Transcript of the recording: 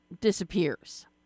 disappears